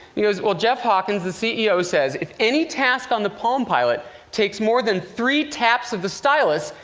he goes, well jeff hawkins, the ceo, says, if any task on the palm pilot takes more than three taps of the stylus,